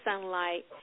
sunlight